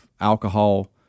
alcohol